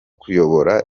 kuyobora